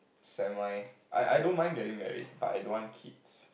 semi I I don't mind getting married but I don't want kids